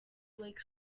bleak